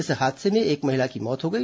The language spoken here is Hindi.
इस हादसे में एक महिला की मौत हो गई